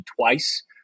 twice